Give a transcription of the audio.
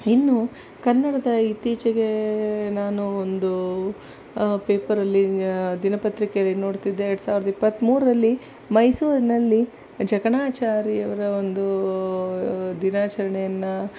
ಇನ್ನು ಕನ್ನಡದ ಇತ್ತೀಚೆಗೇ ನಾನು ಒಂದು ಪೇಪರಲ್ಲಿ ದಿನಪತ್ರಿಕೆಯಲ್ಲಿ ನೋಡ್ತಿದ್ದೆ ಎರಡು ಸಾವಿರದ ಇಪ್ಪತ್ತ್ಮೂರರಲ್ಲಿ ಮೈಸೂರಿನಲ್ಲಿ ಜಕಣಾಚಾರಿಯವರ ಒಂದು ದಿನಾಚರಣೆಯನ್ನು